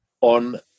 on